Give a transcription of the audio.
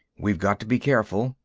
we've got to be careful,